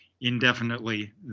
indefinitely